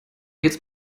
jetzt